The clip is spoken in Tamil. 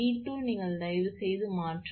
74 kV ஆக மாறும்